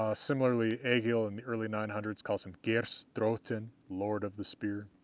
ah similarly, egill in the early nine hundred s calls him geirs drottinn, lord of the spear.